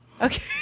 Okay